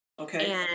Okay